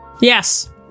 Yes